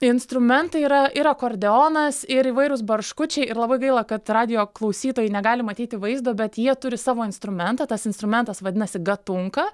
instrumentai yra ir akordeonas ir įvairūs barškučiai ir labai gaila kad radijo klausytojai negali matyti vaizdo bet jie turi savo instrumentą tas instrumentas vadinasi gatunka